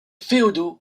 féodaux